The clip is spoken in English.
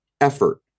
effort